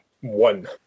One